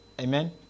amen